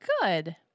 good